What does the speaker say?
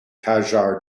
qajar